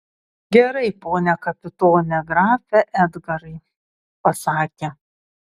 gerai pone kapitone grafe edgarai pasakė